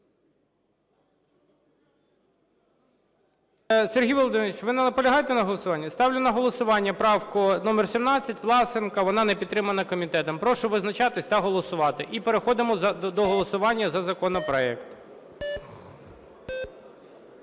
Сергій Володимирович, ви наполягаєте на голосуванні? Ставлю на голосування правку номер 17 Власенка, вона не підтримана комітетом. Прошу визначатись та голосувати. І переходимо до голосування за законопроект.